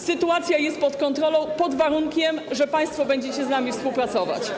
Sytuacja jest pod kontrolą, pod warunkiem że państwo będziecie z nami współpracować.